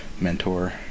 mentor